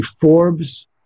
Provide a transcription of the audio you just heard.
Forbes